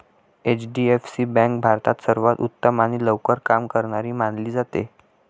HDFC bank भारतात सर्वांत उत्तम आणि लवकर काम करणारी मानली जाते